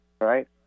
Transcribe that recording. right